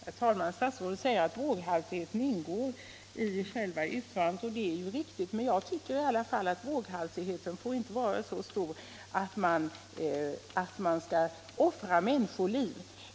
Herr talman! Statsrådet säger att våghalsigheten ingår i själva utförandet, och det är ju riktigt. Men jag tycker ändå att våghalsigheten inte får vara så stor att man riskerar att offra människoliv.